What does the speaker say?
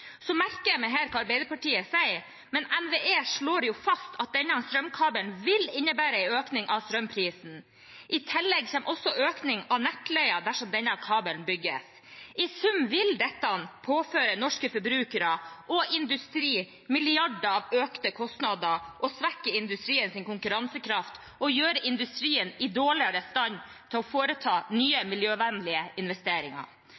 merker meg hva Arbeiderpartiet sier her, men NVE slår fast at denne strømkabelen vil innebære en økning av strømprisen. I tillegg kommer også økning av nettleien dersom denne kabelen bygges. I sum vil dette påføre norske forbrukere og industri milliarder i økte kostnader, svekke industriens konkurransekraft og gjøre industrien i dårligere stand til å foreta